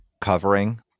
covering